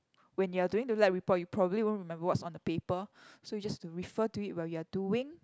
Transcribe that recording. when you're doing the lab report you probably won't remember what's on the paper so you just to refer to it while you are doing